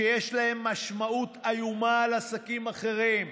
שיש להם משמעות איומה על עסקים אחרים.